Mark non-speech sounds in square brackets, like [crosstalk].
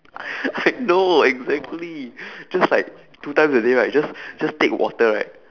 [laughs] I know exactly [breath] just like two times a day right just [breath] just take water right